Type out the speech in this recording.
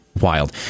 wild